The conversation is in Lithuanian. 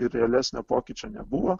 ir realesnio pokyčio nebuvo